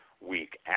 week